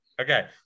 Okay